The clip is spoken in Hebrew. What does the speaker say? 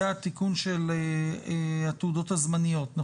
התעודות הזמניות.